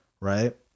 right